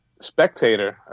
spectator